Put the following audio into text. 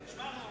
זה נשמע נורמלי?